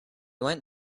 went